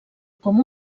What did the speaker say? com